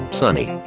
sunny